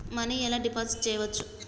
Money ఎలా deposit చేయచ్చు?